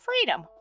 freedom